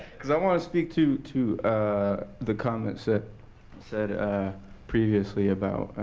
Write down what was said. because i want to speak to to the comments said said previously about,